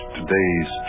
today's